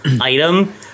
item